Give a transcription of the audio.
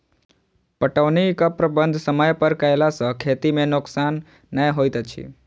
पटौनीक प्रबंध समय पर कयला सॅ खेती मे नोकसान नै होइत अछि